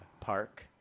park